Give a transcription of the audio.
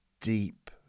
deep